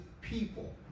people